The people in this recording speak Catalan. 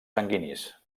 sanguinis